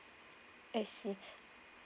I see